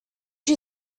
you